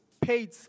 paid